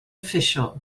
official